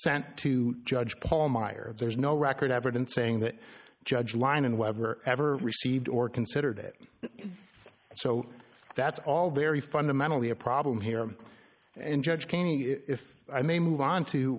sent to judge paul meyer and there's no record evidence saying that judge line in whatever ever received or considered it so that's all very fundamentally a problem here and judge if i may move on to